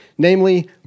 Namely